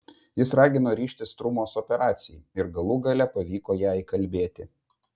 jis ragino ryžtis strumos operacijai ir galų gale pavyko ją įkalbėti